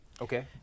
Okay